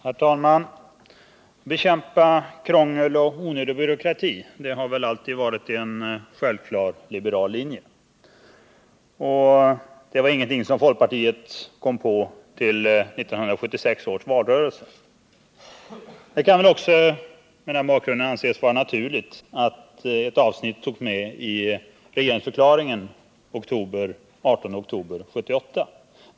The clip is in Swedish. Herr talman! Att bekämpa krångel och onödig byråkrati har alltid varit en självklar liberal linje. Det var ingenting som folkpartiet kom på till 1976 års valrörelse. Det kan väl också, mot den bakgrunden, anses naturligt att ett avsnitt om detta togs med i regeringsförklaringen den 18 oktober 1978.